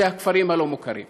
הוא הכפרים הלא-מוכרים.